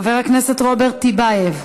חבר הכנסת רוברט טיבייב,